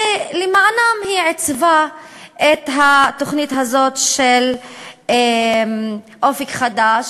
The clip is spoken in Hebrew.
ולמענם היא עיצבה את התוכנית הזאת של "אופק חדש",